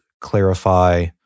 clarify